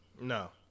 No